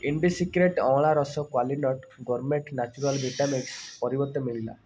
INDI secret ଅଁଳା ରସ କ୍ଵାଲିନଟ୍ ଗୋର୍ମେଟ୍ ନ୍ୟାଚୁରାଲ୍ ଭିଟାମିକ୍ସ ପରିବର୍ତ୍ତେ ମିଳିଲା